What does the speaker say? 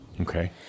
Okay